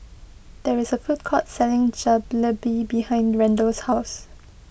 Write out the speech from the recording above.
there is a food court selling Jalebi behind Randell's house